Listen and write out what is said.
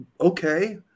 Okay